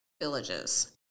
villages